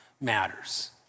matters